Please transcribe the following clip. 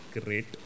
great